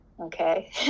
okay